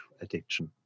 addiction